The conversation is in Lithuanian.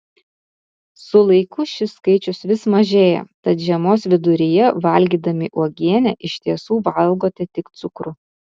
su laiku šis skaičius vis mažėja tad žiemos viduryje valgydami uogienę iš tiesų valgote tik cukrų